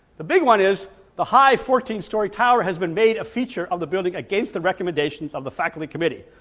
the big one is the high fourteen-storey tower has been made a feature of the building against the recommendations of the faculty committee.